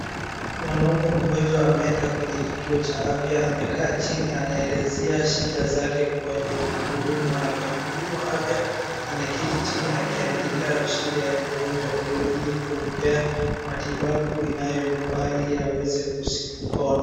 Mwanaume mgonjwa ameenda kwenye kituo cha afya, amekaa chini anaelezea shida zake kwenye mhudumu wa afya. Mhudumu wa afya anaketi chini akiandika shida ya mgonjwa huyo ili kumpea matibabu inayomfaa ili aweze kupona.